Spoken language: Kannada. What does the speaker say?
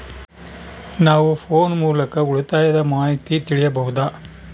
ನಾವು ಫೋನ್ ಮೂಲಕ ಉಳಿತಾಯದ ಮಾಹಿತಿ ತಿಳಿಯಬಹುದಾ?